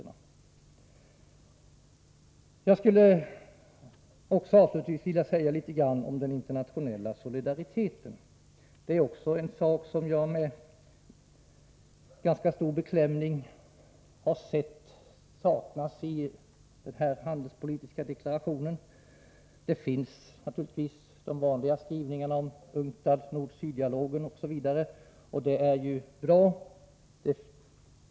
Avslutningsvis skulle jag också vilja säga några ord om den internationella solidariteten. Internationell solidaritet är också någonting som jag med ganska stor beklämning saknar i den handelspolitiska deklarationen. Där finns naturligtvis de vanliga skrivningarna om UNCTAD, nord-syd-dialogen osv.